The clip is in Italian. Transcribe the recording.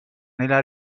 nella